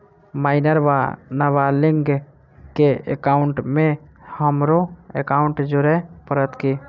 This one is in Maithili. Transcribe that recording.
माइनर वा नबालिग केँ एकाउंटमे हमरो एकाउन्ट जोड़य पड़त की?